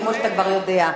כמו שאתה כבר יודע.